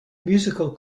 musical